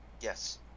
Yes